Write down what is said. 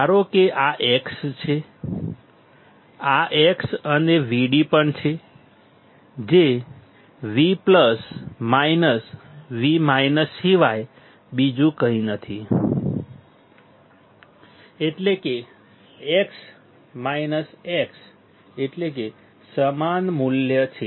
ધારો કે આ X છે આ X અને Vd પણ છે જે V V સિવાય બીજું કંઈ નથી એટલે કે X X એટલે કે સમાન મૂલ્ય છે